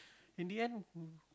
in the end